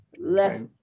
left